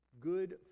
good